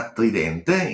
Tridente